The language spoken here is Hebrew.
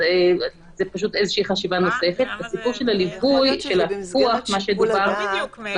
יכול להיות שזה במסגרת שיקול הדעת --- הסיפור של הליווי,